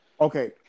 okay